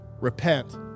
repent